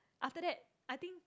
after that I think